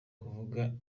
kuvuga